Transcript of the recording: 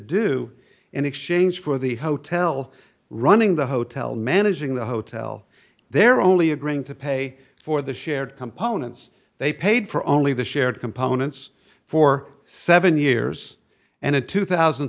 do in exchange for the hotel running the hotel managing the hotel they're only agreeing to pay for the shared components they paid for only the shared components for seven years and a two thousand